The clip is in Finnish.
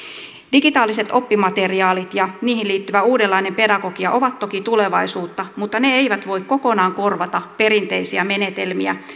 digitaaliset oppimateriaalit ja niihin liittyvä uudenlainen pedagogia ovat toki tulevaisuutta mutta ne eivät voi kokonaan korvata perinteisiä menetelmiä